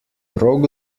rok